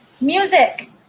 music